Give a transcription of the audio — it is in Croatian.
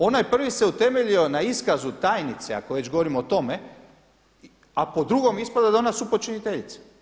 Onaj prvi se utemelji na iskazu tajnice, ako već govorimo o tome a po drugom ispada da je ona supočiniteljica.